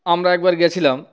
আমরা একবার গিয়েছিলাম